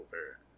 over